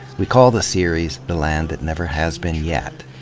we call the series, the land that never has been yet.